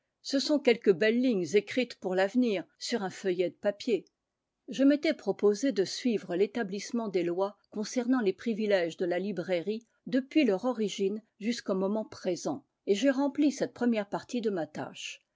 ce sont quelques belles lignes écrites pour l'avenir sur un feuillet de papier je m'étais proposé de suivre l'établissement des lois concernant les privilèges de la librairie depuis leur origine jusqu'au moment présent et j'ai rempli cette première partie de ma tâche